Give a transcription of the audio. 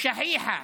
מצומצמת,)